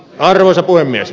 arvoisa puhemies